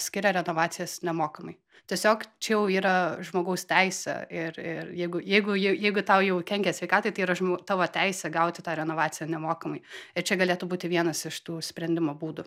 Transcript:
skiria renovacijas nemokamai tiesiog čia jau yra žmogaus teisė ir ir jeigu jeigu jeigu tau jau kenkia sveikatai tai yra tavo teisė gauti tą renovaciją nemokamai ir čia galėtų būti vienas iš tų sprendimo būdų